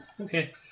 okay